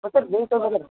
ହଁ ସେ ନିୟୁଜ୍ଟା ଦରକାରେ